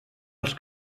els